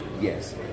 yes